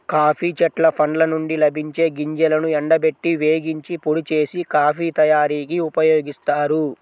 coffee చెట్ల పండ్ల నుండి లభించే గింజలను ఎండబెట్టి, వేగించి, పొడి చేసి, కాఫీ తయారీకి ఉపయోగిస్తారు